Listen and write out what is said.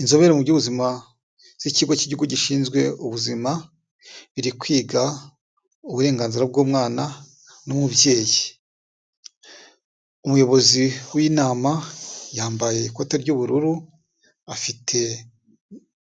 Inzobere mu by'ubuzima z'ikigo cy'igihugu gizwe ubuzima, iri kwiga uburenganzira bw'umwana n'umubyeyi, umuyobozi w'inama yambaye ikote ry'ubururu, afite